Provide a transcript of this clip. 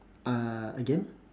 uh again